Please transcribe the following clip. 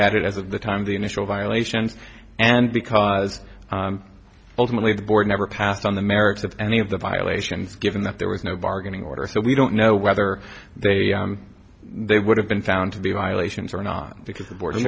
at it as of the time the initial violations and because ultimately the board never passed on the merits of any of the violations given that there was no bargaining order so we don't know whether they they would have been found to be violations or not because the board you